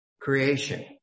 creation